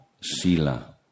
Sila